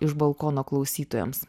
iš balkono klausytojams